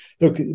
Look